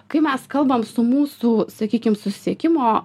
kai mes kalbame su mūsų sakykim susisiekimo